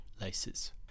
laces